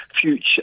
future